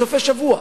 בסופי-שבוע,